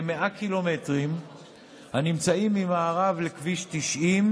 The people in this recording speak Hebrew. כ-100 קילומטרים הנמצאים ממערב לכביש 90,